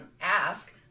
ask